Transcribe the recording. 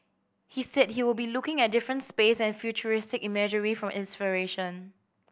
he said he would be looking at different space and futuristic imagery for inspiration